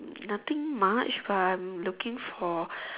nothing much but I'm looking for (pbb)